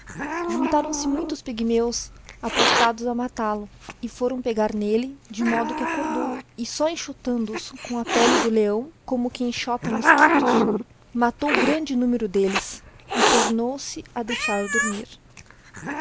juntárão se muitos pigmeos apostados a matalo e forão pegar n'elle de modo que acordou e só enxotando os com a pelle do leão como quem enxota mosquitos matou grande numero d'elles e tornou-se a deixar dormir